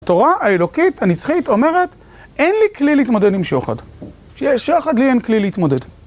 התורה האלוקית הנצחית אומרת, אין לי כלי להתמודד עם שוחד, שוחד לי אין כלי להתמודד.